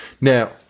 Now